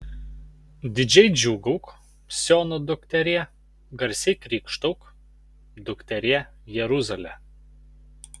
didžiai džiūgauk siono dukterie garsiai krykštauk dukterie jeruzale